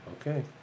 Okay